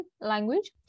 language